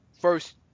first